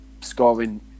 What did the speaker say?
scoring